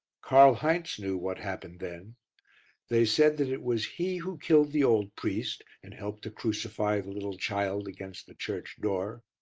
karl heinz knew what happened then they said that it was he who killed the old priest and helped to crucify the little child against the church door.